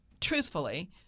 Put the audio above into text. truthfully